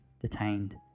detained